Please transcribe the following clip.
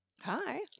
Hi